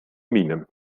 miene